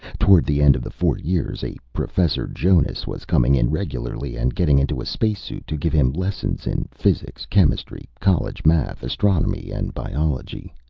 toward the end of the four years, a professor jonas was coming in regularly and getting into a spacesuit to give him lessons in physics, chemistry, college math, astronomy and biology.